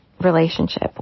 Relationship